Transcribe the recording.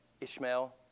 Ishmael